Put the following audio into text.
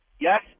Yes